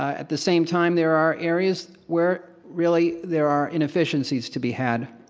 at the same time there are areas where really there are inefficiencies to be had.